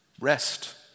Rest